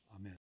Amen